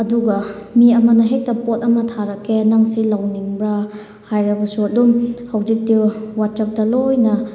ꯑꯗꯨꯒꯤ ꯃꯤ ꯑꯃꯅ ꯍꯦꯛꯇ ꯄꯣꯠ ꯑꯃ ꯊꯥꯔꯛꯀꯦ ꯅꯪ ꯁꯤ ꯂꯧꯅꯤꯡꯕ꯭ꯔꯥ ꯍꯥꯏꯔꯕꯁꯨ ꯑꯗꯨꯝ ꯍꯧꯖꯤꯛꯇꯤ ꯋꯥꯆꯦꯞꯇ ꯂꯣꯏꯅ